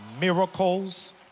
Miracles